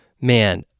man